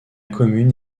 commune